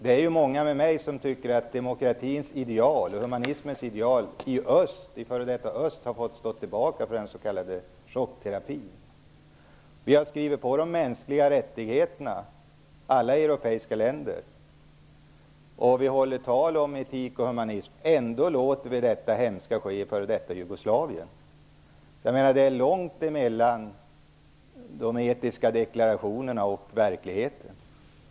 Det är många med mig som tycker att demokratin och humanismens ideal i f.d. öst har fått stå tillbaka för den s.k. chockterapin. Vi har i alla europeiska länder skrivit under på de mänskliga rättigheterna. Vi håller tal om etik och humanism. Ändå låter vi detta hemska ske i f.d. Jugoslavien. Det är långt mellan de etiska deklarationerna och verkligheten.